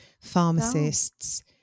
pharmacists